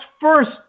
first